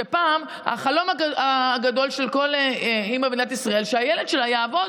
פעם החלום הגדול של כל אימא במדינת ישראל היה שהילד שלה יעבוד